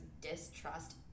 distrust